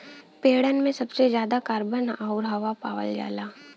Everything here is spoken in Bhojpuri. पेड़न में सबसे जादा कार्बन आउर हवा पावल जाला